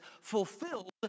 fulfilled